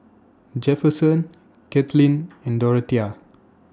Jefferson Kathlene and Dorathea